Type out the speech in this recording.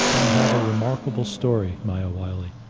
you have a remarkable story, maya wiley,